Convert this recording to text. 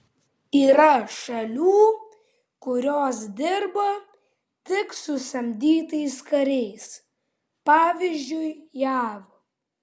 yra šalių kurios dirba tik su samdytais kariais pavyzdžiui jav